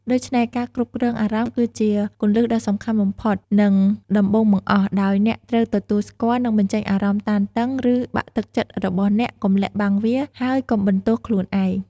ដូច្នេះ ការគ្រប់គ្រងអារម្មណ៍គឺជាគន្លឹះដ៏សំខាន់បំផុត និងដំបូងបង្អស់ ដោយអ្នកត្រូវទទួលស្គាល់ និងបញ្ចេញអារម្មណ៍តានតឹង ឬបាក់ទឹកចិត្តរបស់អ្នក កុំលាក់បាំងវា ហើយកុំបន្ទោសខ្លួនឯង។